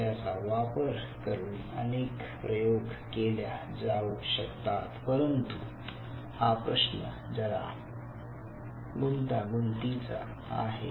ज्याचा वापर करुन अनेक प्रयोग केल्या जाऊ शकतात परंतु हा प्रश्न जरा गुंतागुंतीचा आहे